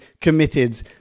committed